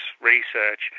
research